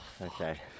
Okay